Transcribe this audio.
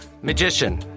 Magician